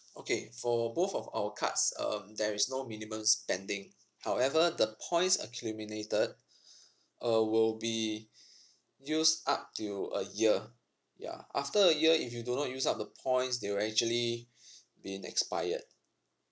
okay for both of our cards um there is no minimum spending however the points accumulated uh will be used up till a year yeah after a year if you do not use up the points they will actually been expired